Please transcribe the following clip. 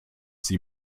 sie